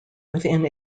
within